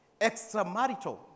extramarital